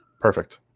Perfect